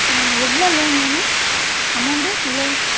ஆ எவ்வளோ லோன் வேணும் அமௌண்ட்டு எவ்வளோ